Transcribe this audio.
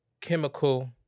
chemical